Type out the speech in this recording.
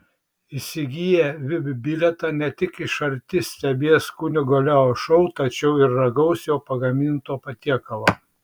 įsigiję vip bilietą ne tik iš arti stebės kunigo leo šou tačiau ir ragaus jo pagaminto patiekalo